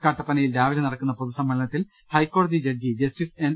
കട്ടപ്പനയിൽ രാവിലെ നടക്കുന്ന പൊതുസമ്മേളനത്തിൽ ഹൈക്കോടതി ജഡ്ജി ജസ്റ്റിസ് എൻ